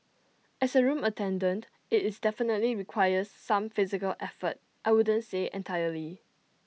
as A room attendant IT definitely requires some physical effort I wouldn't say entirely